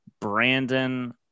Brandon